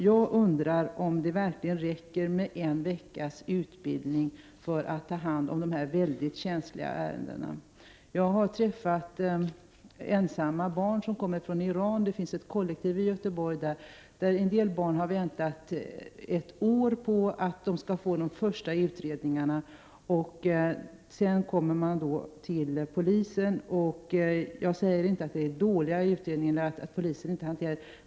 Jag undrar också om det verkligen räcker med en veckas utbildning för att ta hand om dessa mycket känsliga ärenden. Jag har träffat ensamma barn som kommer från Iran — det finns ett sådant kollektiv i Göteborg. En del barn där har väntat ett år på att få den första utredningen gjord. Sedan kommer de till slut till polisen. Jag säger inte att det är dåliga utredningar eller att polisen inte agerar riktigt.